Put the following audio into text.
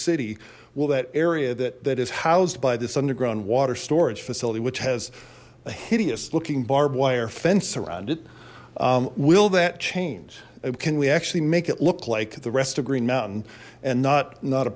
city will that area that that is housed by this underground water storage facility which has a hideous looking barbed wire fence around it will that change can we actually make it look like the rest of green mountain and not not a